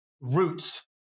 roots